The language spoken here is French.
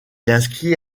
inscrit